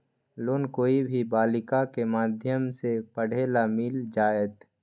Loan कोई भी बालिका के माध्यम से पढे ला मिल जायत?